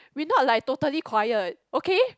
we not like totally quiet okay